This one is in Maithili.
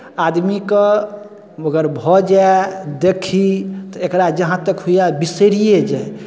आदमीकेँ अगर भऽ जाय देखी तऽ एकरा जहाँतक होइए बिसरिए जाय